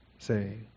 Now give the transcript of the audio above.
Say